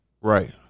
Right